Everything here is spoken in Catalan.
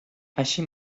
així